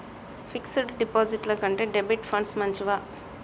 Fix డ్ డిపాజిట్ల కంటే డెబిట్ ఫండ్స్ మంచివా?